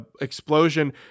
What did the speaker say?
explosion